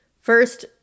First